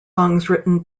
written